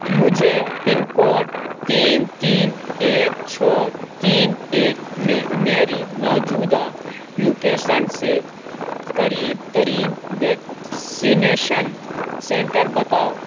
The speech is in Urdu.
مجھے پن کوڈ تین تین ایک چھو تین ایک میں میری موجودہ لوکیشن سے قریب ترین ویکسینیشن سنٹر بتاؤ